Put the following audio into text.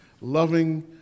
loving